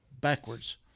backwards